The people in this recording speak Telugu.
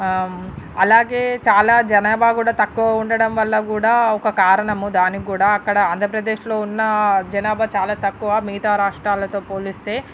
అలాగే చాలా జనాభా గూడా తక్కువ ఉండడం వల్ల కూడా ఒక కారణము దానికి కూడా అక్కడ ఆంధ్రప్రదేశ్లో ఉన్న జనాభా చాలా తక్కువ మిగతా రాష్ట్రాలతో పోలిస్తే